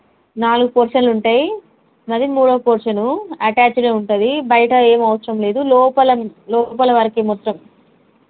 నాలుగు పోర్షన్లు ఉంటాయి మాది మూడో పోర్షన్ అటాచ్గా ఉంటుంది బయట ఏమి అవసరం లేదు లోపల నుంచి లోపల వరకు మొత్తం